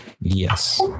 yes